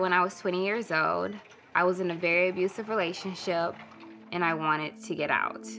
when i was twenty years old i was in a very abusive relationship and i wanted to get out